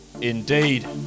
Indeed